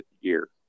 year